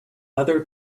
other